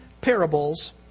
parables